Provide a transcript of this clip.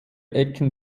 ecken